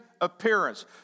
appearance